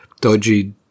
dodgy